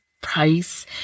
price